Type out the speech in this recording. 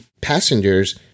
passengers